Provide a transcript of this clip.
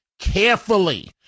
carefully